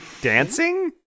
dancing